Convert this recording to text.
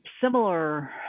similar